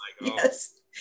yes